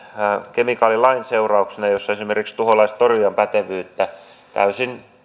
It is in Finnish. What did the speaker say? kemikaalilain seurauksena jos esimerkiksi tuholaistorjujan pätevyyttä täysin